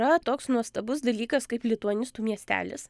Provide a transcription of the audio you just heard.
yra toks nuostabus dalykas kaip lituanistų miestelis